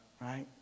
right